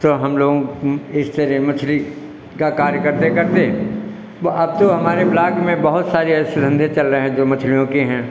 तो हम लोगों इस तरह मछली का कार्य करते करते वो अब तो हमारे ब्लॉक में बहुत सारी ऐसे धंधे चल रहे हैं जो मछलियों के हैं